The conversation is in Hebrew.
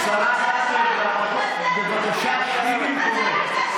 השרה זנדברג, בבקשה, שבי במקומך.